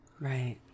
Right